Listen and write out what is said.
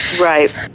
Right